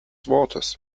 wortes